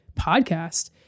podcast